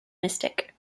mystic